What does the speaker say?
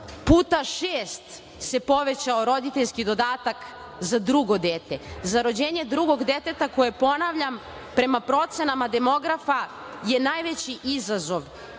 puta šest se povećao roditeljski dodatak za drugo dete. Za rođenje drugog deteta koje, ponavljam, prema procenama demografa je najveći izazov